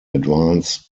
advance